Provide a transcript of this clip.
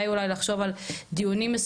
הם מדברים על האתגרים האלה.